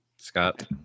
Scott